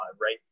right